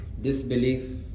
disbelief